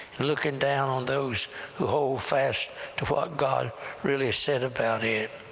and looking down on those who hold fast to what god really said about it.